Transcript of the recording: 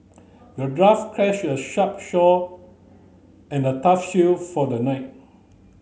the dwarf a sharp shore and a tough shield for the knight